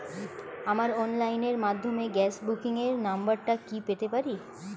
আমার অনলাইনের মাধ্যমে গ্যাস বুকিং এর নাম্বারটা কি পেতে পারি?